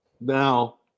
Now